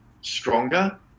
stronger